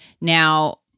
Now